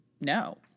no